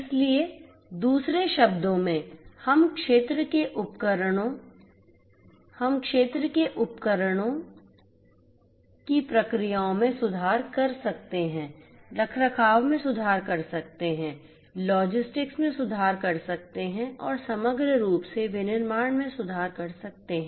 इसलिए दूसरे शब्दों में हम क्षेत्र के उपकरणों की प्रक्रियाओं में सुधार कर सकते हैं रखरखाव में सुधार कर सकते हैं लॉजिस्टिक्स में सुधार कर सकते हैं और समग्र रूप से विनिर्माण में सुधार कर सकते हैं